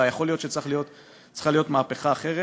אלא יכול להיות שצריכה להיות מהפכה אחרת.